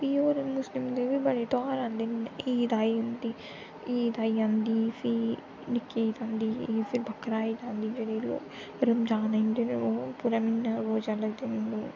भी होर मुस्लिम दे बी बड़े ध्यार आंदे न ईद आई उं'दी ईद आई जंदी फ्ही नि'क्की ईद आंदी फ्ही बकरीद आई फ्ही रमजान आई जंदे ते फिर ओह् पूरा म्हीना रोजा रखदे न लोग